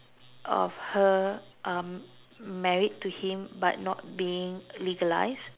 of her um married to him but not being legalised